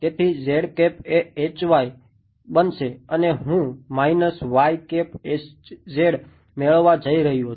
તેથી એ બનશે અને હું મેળવવા જઈ રહ્યો છું